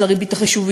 של הריבית החישובית,